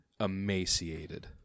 emaciated